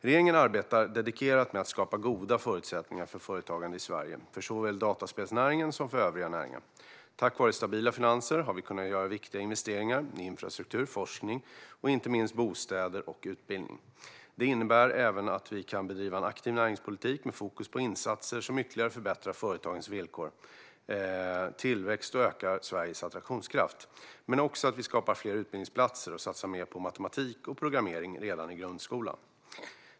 Regeringen arbetar dedikerat med att skapa goda förutsättningar för företagande i Sverige såväl för dataspelsnäringen som för övriga näringar. Tack vare stabila finanser har vi kunnat göra viktiga investeringar i infrastruktur, forskning och inte minst bostäder och utbildning. Det innebär även att vi kan bedriva en aktiv näringspolitik med fokus på insatser som ytterligare förbättrar företagens villkor, tillväxt och ökar Sveriges attraktionskraft. Men vi skapar också fler utbildningsplatser och satsar mer på matematik och programmering redan i grundskolan.